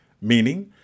meaning